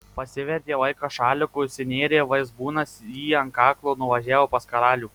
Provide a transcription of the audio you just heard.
pasivertė vaikas šaliku užsinėrė vaizbūnas jį ant kaklo nuvažiavo pas karalių